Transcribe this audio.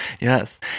Yes